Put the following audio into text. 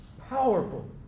powerful